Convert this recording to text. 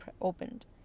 opened